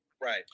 right